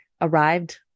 arrived